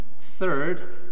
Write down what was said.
third